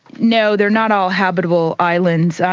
no, they're not all habitable islands.